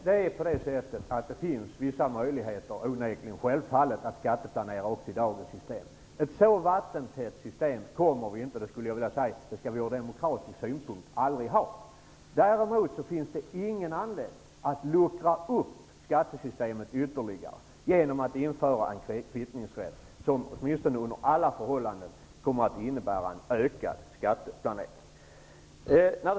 Herr talman! Det finns självfallet vissa möjligheter att skatteplanera även i dagens system. Ett helt vattentätt system bör vi ur demokratisk synpunkt aldrig ha. Däremot finns det ingen anledning att luckra upp skattesystemet ytterligare genom att införa en kvittningsrätt som kommer att medföra ökad skatteplanering.